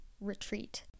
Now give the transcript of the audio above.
retreat